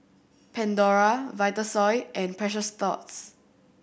Pandora Vitasoy and Precious Thots